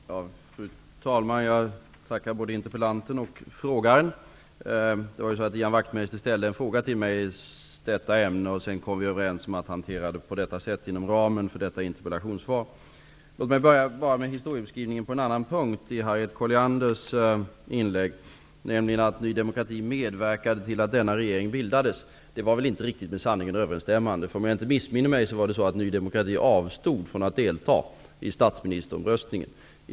Fru talman! Jag tackar både interpellanten och frågeställaren. Ian Wachtmeister ställde en fråga till mig i detta ämne. Vi kom överens om att hantera den inom ramen för detta interpellationssvar. Låt mig börja med historiebeskrivningen i Harriet Collianders inlägg. Hon sade att Ny demokrati medverkade till att denna regering bildades. Det var väl inte riktigt med sanningen överensstämmande. Om jag inte missminner mig avstod Ny demokrati från att delta i statsministeromröstningen.